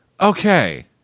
Okay